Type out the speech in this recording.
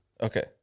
Okay